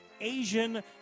Asian